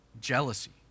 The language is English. jealousy